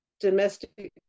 domestic